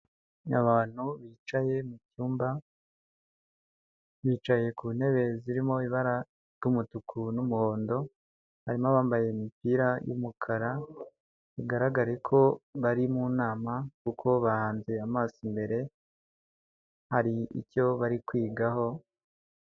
Abantu bicaye mu cyumba bicaye ku ntebe zirimo ibara ry'umutuku n'umuhondo, harimo abambaye imipira y'umukara, bigaragare ko bari mu nama kuko bahanze amaso imbere hari icyo bari kwigaho.